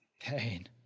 Pain